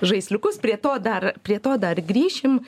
žaisliukus prie to dar prie to dar grįšim